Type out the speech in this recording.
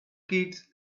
kids